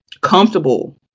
comfortable